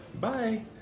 Bye